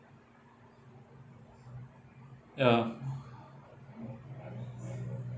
ya